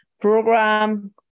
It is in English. program